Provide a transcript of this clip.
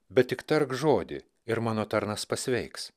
bet tik tark žodį ir mano tarnas pasveiks